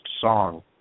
song